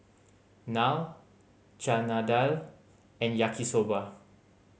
Naan Chana Dal and Yaki Soba